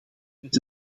met